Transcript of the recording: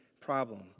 problem